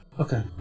Okay